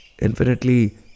infinitely